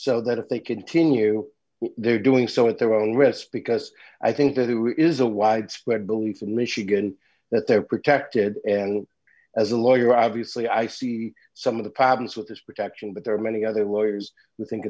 so that if they continue they're doing so at their own rest because i think that here is a widespread belief in michigan that they're protected and as a lawyer obviously i see some of the problems with this protection but there are many other warriors who think